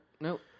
Nope